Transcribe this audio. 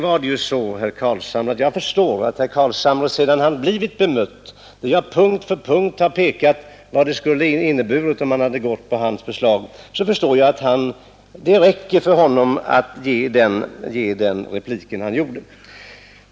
Jag förstår att det räcker för herr Carlshamre, sedan han blivit bemött och jag på punkt för punkt har pekat på vad det skulle ha inneburit, om man hade följt hans förslag, att ge den replik han gav.